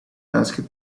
asked